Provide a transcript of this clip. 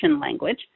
language